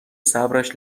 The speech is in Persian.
صبرش